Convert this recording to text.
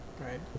Right